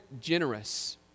generous